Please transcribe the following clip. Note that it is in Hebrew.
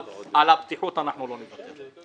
אבל על הבטיחות אנחנו לא נוותר.